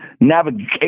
navigation